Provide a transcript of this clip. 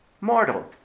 mortal